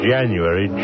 January